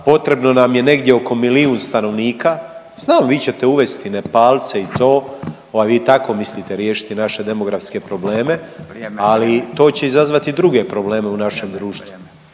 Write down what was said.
potrebno nam je negdje oko milijun stanovnika. Znamo, vi ćete uvesti Nepalce i to, ovaj, vi tako mislite riješiti naše demografske probleme .../Upadica: Vrijeme./... ali to će izazvati druge probleme u našem društvu.